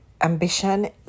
ambition